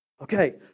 Okay